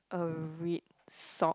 a red sock